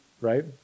right